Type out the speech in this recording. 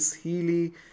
Healy